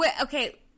Okay